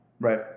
Right